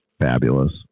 fabulous